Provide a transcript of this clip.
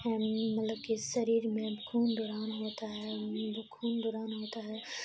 مطلب کہ شریر میں اب خون دوران ہوتا ہے خون دوران ہوتا ہے